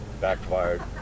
backfired